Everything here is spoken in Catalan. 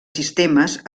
sistemes